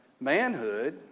manhood